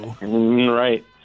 Right